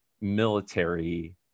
military